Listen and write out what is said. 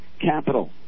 capital